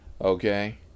Okay